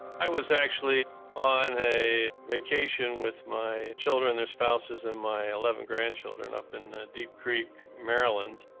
i was actually on a vacation with my children, their spouses, and my eleven grandchildren up in deep creek, maryland,